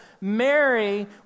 Mary